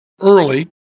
early